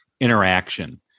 interaction